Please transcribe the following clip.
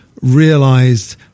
realised